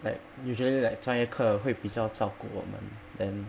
like usually like 专业课会比较照顾我们 then